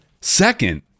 second